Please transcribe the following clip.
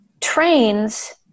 Trains